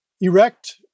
erect